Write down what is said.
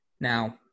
Now